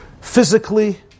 Physically